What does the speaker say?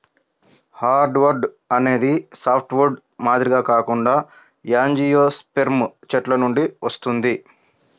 hardwood అనేది softwood మాదిరిగా కాకుండా యాంజియోస్పెర్మ్ చెట్ల నుండి వస్తుంది